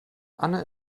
anne